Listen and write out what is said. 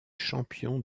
champion